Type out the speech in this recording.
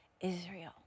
Israel